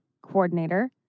coordinator